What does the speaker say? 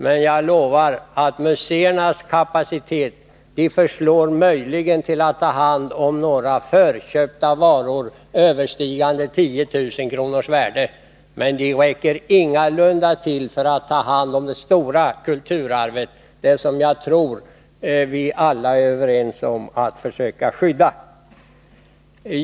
Men jag försäkrar att museernas kapacitet möjligen förslår till att ta hand om några förköpta varor, överstigande 10 000 kronors värde, men kapaciteten räcker ingalunda till för att ta hand om det stora kulturarvet — det som jag tror vi alla är överens om att försöka skydda.